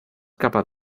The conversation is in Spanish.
capaz